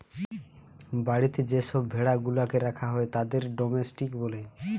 বাড়িতে যে সব ভেড়া গুলাকে রাখা হয় তাদের ডোমেস্টিক বলে